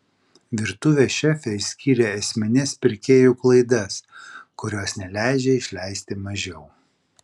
virtuvės šefė išskyrė esmines pirkėjų klaidas kurios neleidžia išleisti mažiau